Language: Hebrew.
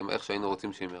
איך אנחנו רוצים שהם ייראו.